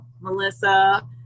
Melissa